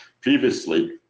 Previously